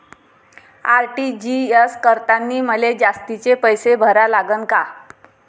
RTGS करतांनी मले जास्तीचे पैसे भरा लागन का?